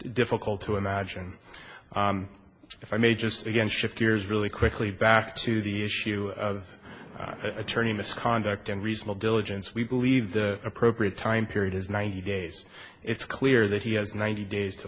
difficult to imagine if i may just again shift gears really quickly back to the issue of attorney misconduct and reasonal diligence we believe the appropriate time period is ninety days it's clear that he has ninety days to